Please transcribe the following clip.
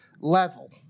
level